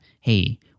hey